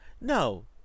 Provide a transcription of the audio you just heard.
No